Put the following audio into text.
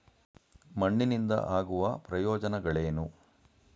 ಮಣ್ಣಿನಿಂದ ಆಗುವ ಪ್ರಯೋಜನಗಳೇನು?